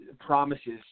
promises